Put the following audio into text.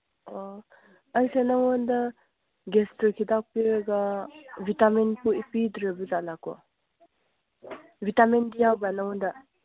ꯑꯣ ꯑꯩꯁꯨ ꯅꯉꯣꯟꯗ ꯒꯦꯁꯇ ꯍꯤꯗꯥꯛ ꯄꯤꯔꯒ ꯚꯤꯇꯥꯃꯤꯟ ꯄꯤꯗ꯭ꯔꯕꯖꯥꯠꯂꯀꯣ ꯚꯤꯇꯥꯃꯤꯟꯗꯤ ꯌꯥꯎꯕ꯭ꯔ ꯅꯉꯣꯟꯗ